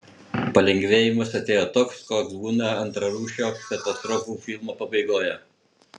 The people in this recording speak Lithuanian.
palengvėjimas atėjo toks koks būna antrarūšio katastrofų filmo pabaigoje